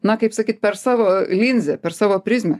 na kaip sakyt per savo linzę per savo prizmę